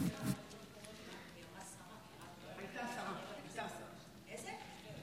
איזה מירב,